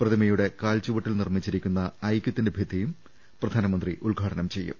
പ്രതിമയുടെ കാൽച്ചുവട്ടിൽ നിർമ്മിച്ചി രിക്കുന്ന ഐക്യത്തിന്റെ ഭിത്തിയും പ്രധാനമന്ത്രി ഉദ്ദ്ഘാടനം ചെയ്യും